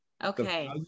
Okay